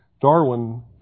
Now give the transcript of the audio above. Darwin